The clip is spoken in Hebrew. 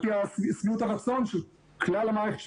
על פי שביעות הרצון של כלל המערכת,